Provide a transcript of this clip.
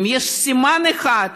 אם יש סימן אחד,